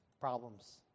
problems